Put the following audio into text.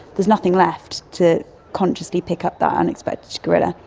there's nothing left to consciously pick up the unexpected gorilla.